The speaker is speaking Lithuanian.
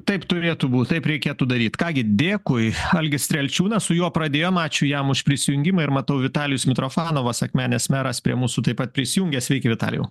taip turėtų būt taip reikėtų daryt ką gi dėkui algis strelčiūnas su juo pradėjom ačiū jam už prisijungimą ir matau vitalijus mitrofanovas akmenės meras prie mūsų taip pat prisijungęs sveiki vitalijau